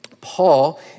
Paul